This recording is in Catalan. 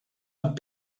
amb